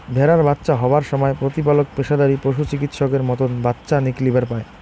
ভ্যাড়ার বাচ্চা হবার সমায় প্রতিপালক পেশাদারী পশুচিকিৎসকের মতন বাচ্চা নিকলিবার পায়